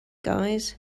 guys